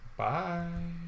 bye